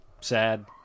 sad